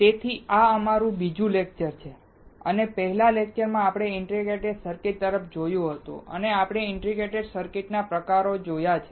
તેથી આ અમારું બીજું લેક્ચર છે અને પહેલાના લેક્ચરમાં આપણે ઇન્ટિગ્રેટેડ સર્કિટ તરફ જોયું હતું અને આપણે ઇન્ટિગ્રેટેડ સર્કિટના પ્રકારો પણ જોયા છે